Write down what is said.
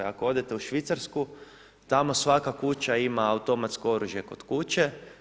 Ako odete u Švicarsku, tamo svaka kuća ima automatsko oružje kod kuće.